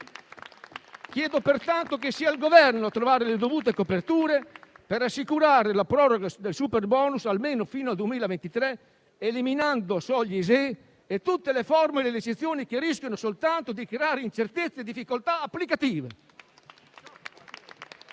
Chiedo pertanto che sia il Governo a trovare le dovute coperture, per assicurare la proroga del superbonus, almeno fino al 2023, eliminando soglie ISEE e tutte le formule e le eccezioni che rischiano soltanto di creare incertezze e difficoltà applicative.